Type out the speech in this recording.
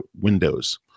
windows